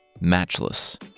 Matchless